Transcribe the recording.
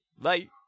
Bye